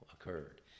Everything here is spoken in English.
occurred